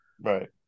right